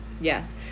Yes